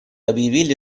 объявили